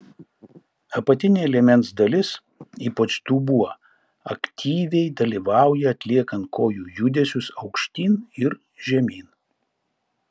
apatinė liemens dalis ypač dubuo aktyviai dalyvauja atliekant kojų judesius aukštyn ir žemyn